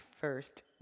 first